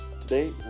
today